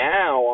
now